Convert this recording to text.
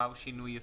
מהו שינוי יסודי.